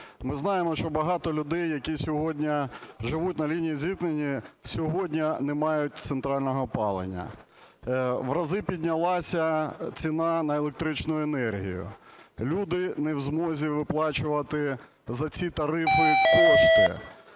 Ми знаємо, що багато людей, які сьогодні живуть на лінії зіткнення, сьогодні не мають центрального опалення, в рази піднялася ціна на електричну енергію. Люди не в змозі виплачувати за ці тарифи кошти.